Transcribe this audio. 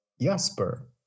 Jasper